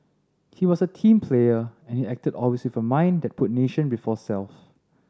he was a team player and he acted always with a mind that put nation before self